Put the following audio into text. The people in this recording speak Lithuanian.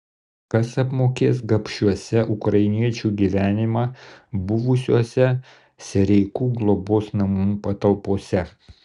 kas apmokės gabšiuose ukrainiečių gyvenimą buvusiuose sereikų globos namų patalpose